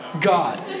God